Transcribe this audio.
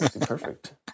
Perfect